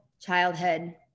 childhood